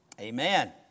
Amen